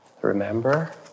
remember